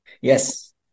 Yes